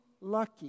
lucky